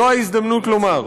זו ההזדמנות לומר: